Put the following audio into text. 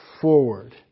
forward